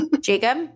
Jacob